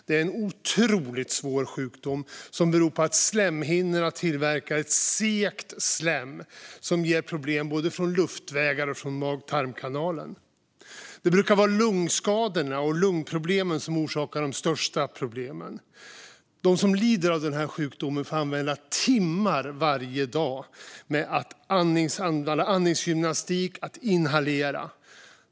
Det är en otroligt svår sjukdom som beror på att slemhinnorna tillverkar ett segt slem som ger problem både från luftvägar och från mag-tarmkanalen. Det brukar vara lungskadorna som orsakar de största problemen. De som lider av den här sjukdomen får använda timmar varje dag åt andningsgymnastik och åt att inhalera.